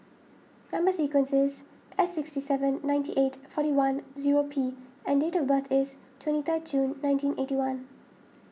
Number Sequence is S sixty seven ninety eight forty one zero P and date of birth is twenty third June nineteen eighty one